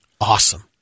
Awesome